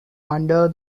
under